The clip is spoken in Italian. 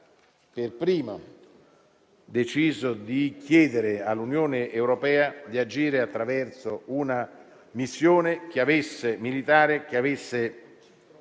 per primo ha deciso di chiedere all'Unione europea di agire, attraverso una missione militare che avesse